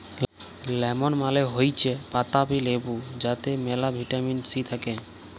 lemon মালে হৈচ্যে পাতাবি লেবু যাতে মেলা ভিটামিন সি থাক্যে